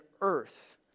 earth